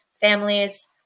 families